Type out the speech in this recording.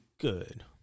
Good